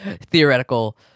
theoretical